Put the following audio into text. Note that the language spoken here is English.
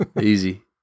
easy